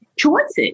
Choices